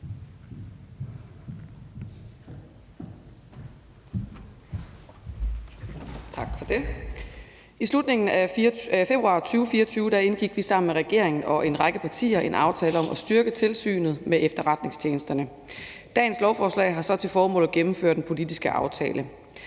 I slutningen af februar 2024 indgik vi sammen med regeringen og en række partier en »Aftale om styrkelse af tilsynet med efterretningstjenesterne«. Dagens lovforslag har så til formål at gennemføre den politiske aftale.